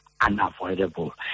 unavoidable